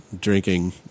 drinking